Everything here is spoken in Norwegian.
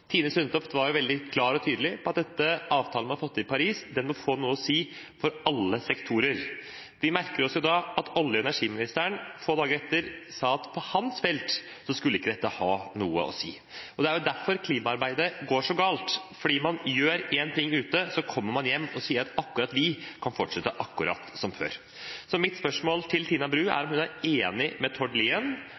Tine Sundtoft var veldig klar og tydelig på at den avtalen man har fått til i Paris, må få noe å si for alle sektorer. Vi merker oss jo da at olje- og energiministeren få dager etter sa at for hans felt skulle ikke dette ha noe å si. Det er jo derfor klimaarbeidet går så galt, fordi man gjør én ting ute, og så kommer man hjem og sier at akkurat vi kan fortsette akkurat som før. Så mitt spørsmål til Tina Bru er om hun er enig med Tord Lien